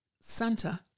Santa